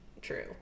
True